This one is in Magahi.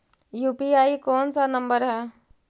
यु.पी.आई कोन सा नम्बर हैं?